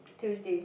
Tuesday